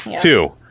two